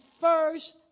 first